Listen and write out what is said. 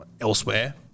elsewhere